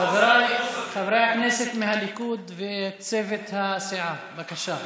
חבריי, חברי הכנסת מהליכוד וצוות הסיעה, בבקשה.